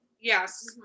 Yes